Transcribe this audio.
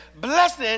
Blessed